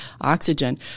oxygen